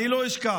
אני לא אשכח